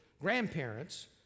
grandparents